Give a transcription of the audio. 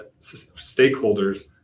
stakeholders